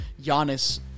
Giannis